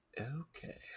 Okay